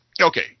okay